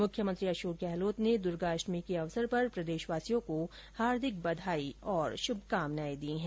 मुख्यमंत्री अशोक गहलोत ने दुर्गा अष्टमी के शुभ अवसर पर प्रदेशवासियों को हार्दिक बधाई और शुभकामनाए दी हैं